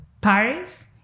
Paris